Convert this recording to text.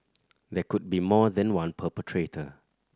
there could be more than one perpetrator